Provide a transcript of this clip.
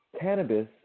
cannabis